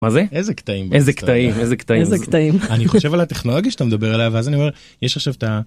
מה זה איזה קטעים איזה קטעים איזה קטעים איזה קטעים אני חושב על הטכנולוגיה שאתה מדבר עליו אז אני אומר יש עכשיו את ה...